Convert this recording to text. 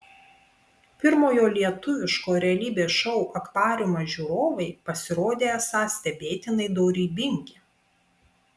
pirmojo lietuviško realybės šou akvariumas žiūrovai pasirodė esą stebėtinai dorybingi